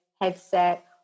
headset